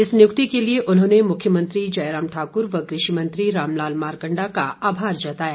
इस नियुक्ति के लिए उन्होंने मुख्यमंत्री जयराम ठाक्र व कृषि मंत्री राम लाल मारकंडा का आभार जताया